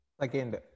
Second